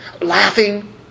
laughing